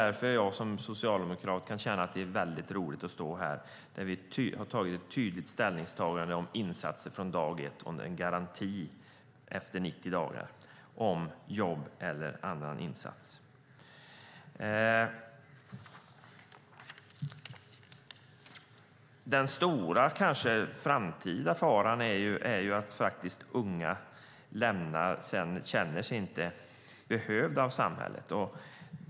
Därför kan jag som socialdemokrat känna att det är väldigt roligt att stå här eftersom vi gjort ett tydligt ställningstagande om insatser från dag ett och en garanti efter 90 dagar gällande jobb eller annan insats. Den stora framtida faran är att unga kanske inte känner sig behövda i samhället.